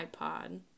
iPod